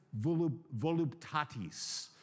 voluptatis